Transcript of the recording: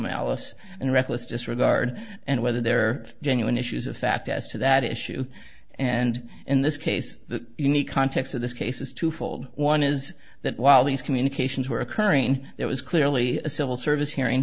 malice and reckless disregard and whether they're genuine issues of fact as to that issue and in this case the unique context of this case is twofold one is that while these communications were occurring there was clearly a civil service hearing